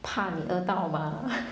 怕你饿到 mah